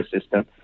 system